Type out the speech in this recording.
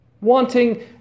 wanting